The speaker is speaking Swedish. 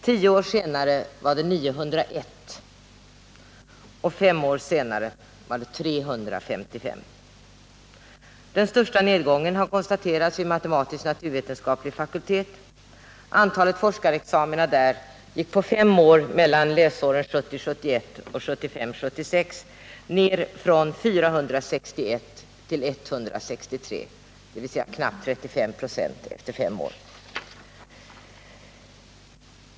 Tio år senare var det 901 och ytterligare fem år senare 355. Den största nedgången har konstaterats vid matematisk-naturvetenskaplig fakultet. Antalet forskarexamina där gick på fem år, mellan läsåren 1970 76, ner från 461 till 163, dvs. till ca 35 96 efter fem år.